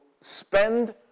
spend